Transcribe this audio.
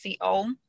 CO